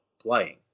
playing